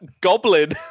goblin